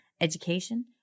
education